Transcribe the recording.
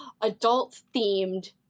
adult-themed